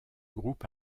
groupe